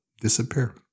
disappear